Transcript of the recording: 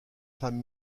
femme